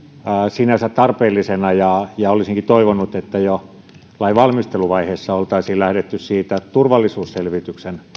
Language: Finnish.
sinänsä tarpeellisena ja ja olisinkin toivonut että jo lain valmisteluvaiheessa oltaisiin lähdetty siitä turvallisuusselvityksen